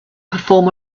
perform